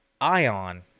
Ion